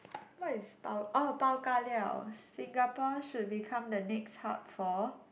what is bao oh bao ka liao Singapore should become the next hub for